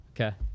Okay